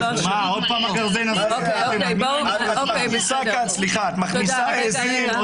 עוד פעם הגרזן הזה?! סליחה, את מכניסה עיזים?